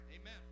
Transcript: Amen